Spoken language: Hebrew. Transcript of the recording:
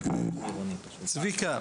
צביקה,